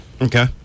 Okay